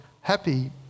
happy